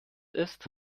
ist